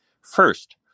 First